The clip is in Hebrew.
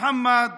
מוחמד